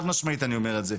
חד-משמעית אני אומר את זה.